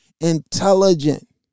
intelligent